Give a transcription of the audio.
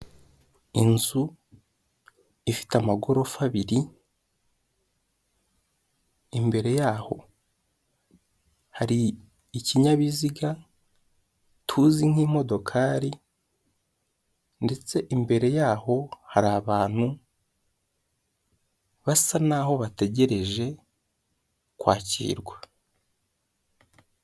Inzu ifite amagorofa abiri, imbere yaho hari ikinyabiziga, tuzi nk'imodokari ndetse imbere yaho hari abantu, basa naho bategereje kwakirwa.